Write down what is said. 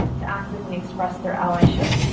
to actively express their allyship.